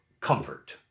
comfort